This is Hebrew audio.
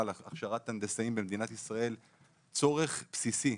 הכשרת הנדסאים במדינת ישראל צורך בסיסי.